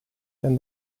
then